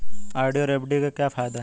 RD और FD के क्या फायदे हैं?